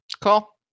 Cool